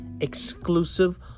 exclusive